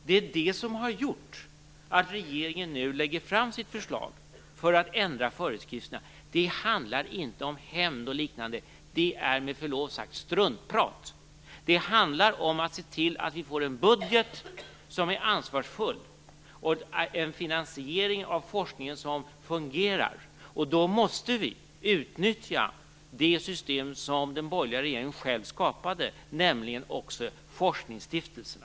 Det är det som har gjort att regeringen nu lägger fram sitt förslag om att ändra föreskrifterna. Det handlar inte om hämnd och liknade; det är med förlov sagt struntprat! Det handlar om att se till att vi får en budget som är ansvarsfull och en finansiering av forskningen som fungerar. Då måste vi utnyttja det system som den borgerliga regeringen själv skapade, nämligen forskningsstiftelserna.